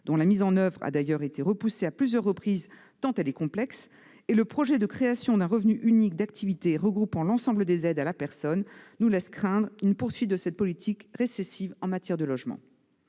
dont la mise en oeuvre a d'ailleurs été repoussée à plusieurs reprises, tant elle est complexe -et le projet de création d'un revenu unique d'activité regroupant l'ensemble des aides à la personne nous laissent craindre une poursuite de cette politique récessive en matière de logement.